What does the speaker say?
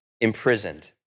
imprisoned